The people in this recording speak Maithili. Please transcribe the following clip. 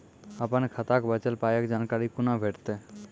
अपन खाताक बचल पायक जानकारी कूना भेटतै?